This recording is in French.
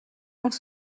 dans